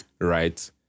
Right